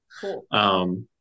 Cool